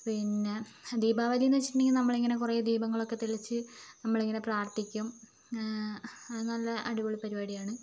പിന്നെ ദീപാവലി എന്നു വച്ചിട്ടുണ്ടങ്കിൽ നമ്മളിങ്ങനെ കുറേ ദീപങ്ങളൊക്കെ തെളിയിച്ച് നമ്മളിങ്ങനെ പ്രാർത്ഥിക്കും അതു നല്ല അടിപൊളി പരിപാടിയാണ്